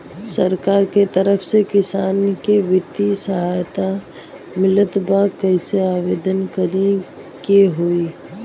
सरकार के तरफ से किसान के बितिय सहायता मिलत बा कइसे आवेदन करे के होई?